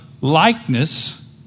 likeness